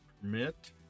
permit